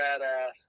badass